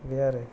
बे आरो